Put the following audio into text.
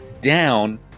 down